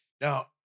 Now